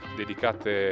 dedicate